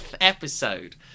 episode